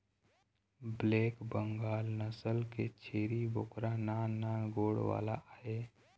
black Bengal नसल के छेरी बोकरा नान नान गोड़ वाला आय